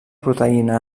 proteïna